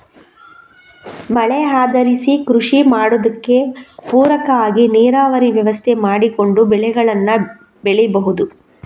ಮಳೆ ಆಧರಿಸಿ ಕೃಷಿ ಮಾಡುದಕ್ಕೆ ಪೂರಕ ಆಗಿ ನೀರಾವರಿ ವ್ಯವಸ್ಥೆ ಮಾಡಿಕೊಂಡು ಬೆಳೆಗಳನ್ನ ಬೆಳೀಬಹುದು